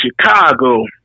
Chicago